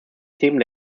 themen